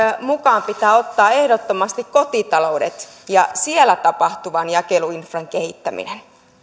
mukaan pitää ottaa ehdottomasti myöskin kotitaloudet ja siellä tapahtuvan jakeluinfran kehittäminen